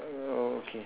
oh okay